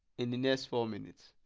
in the next four minutes